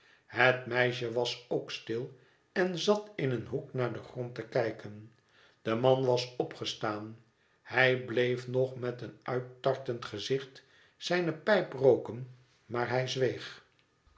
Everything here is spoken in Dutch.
het meisje was ook stil en zat in een hoek naar den grond te kijken de man was opgestaan hij bleef nog met een uittartend gezicht zijne pijp rooken maar hij zweeg